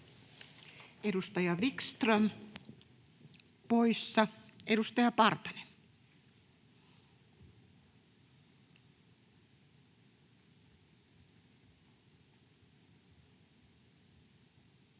Edustaja Wickström poissa. — Edustaja Partanen. [Speech